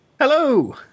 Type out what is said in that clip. Hello